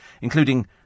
including